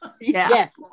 yes